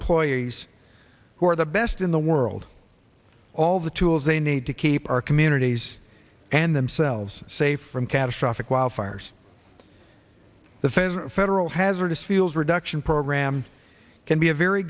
employees who are the best in the world all the tools they need to keep our communities and themselves safe from catastrophic wildfires that says federal hazardous feels reduction program can be a very